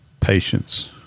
Patience